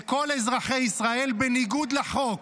לכל אזרחי ישראל, בניגוד לחוק.